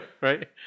right